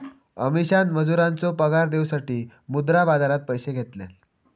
अमीषान मजुरांचो पगार देऊसाठी मुद्रा बाजारातना पैशे घेतल्यान